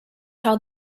how